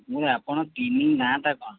ମୁଁ ଆପଣ କ୍ଲିନିକ୍ ନାଁ ଟା କ'ଣ